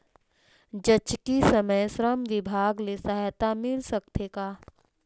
जचकी समय श्रम विभाग ले सहायता मिल सकथे का?